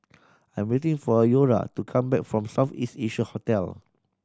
I'm waiting for Eura to come back from South East Asia Hotel